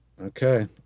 Okay